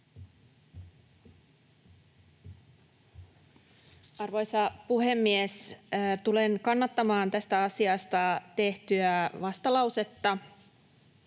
Arvoisa puhemies! Tulen kannattamaan tästä asiasta tehtyä vastalausetta.